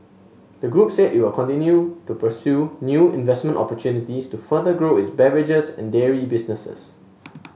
the group said that it will continue to pursue new investment opportunities to further grow its beverages and dairy businesses